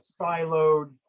siloed